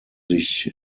sich